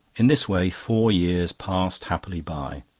in this way four years passed happily by.